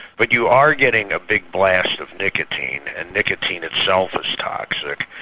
but you are getting a big blast of nicotine, and nicotine itself is toxic.